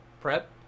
prep